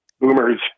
boomers